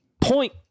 Point